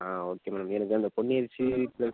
ஆ okay madam எனக்கு அந்தப் பொன்னி அரிசி பிளஸ்